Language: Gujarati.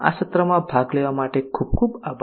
આ સત્રમાં ભાગ લેવા બદલ ખૂબ ખૂબ આભાર